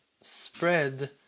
spread